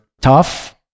tough